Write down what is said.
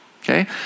okay